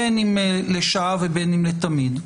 בין אם לשעה ובין אם לתמיד,